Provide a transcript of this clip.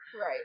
Right